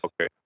Okay